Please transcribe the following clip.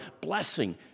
Blessing